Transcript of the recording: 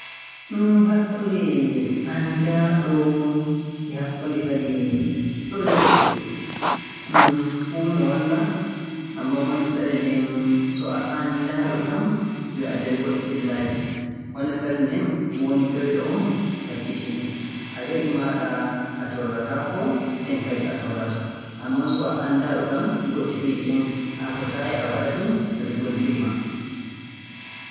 Hmn, hakkunde anndaaɗo e hakkunde kadi ƴoƴɗo, hmn, fuu no walla. Ammaa wonnde sarde nden, so a anndaaɗo kam yo a nder goɗɗi ɓillaaji ɗin. Wonnde sarde nden woni ƴoƴɗo on kakkitiiɗo. A ƴoƴi maaɗa a torrataako, nden kadi a torrataa. Ammaa so a anndaaɗo kam goɗɗi fiiji ɗin a fotaayi a waɗa-ɗi no ɗi ngontiri maa.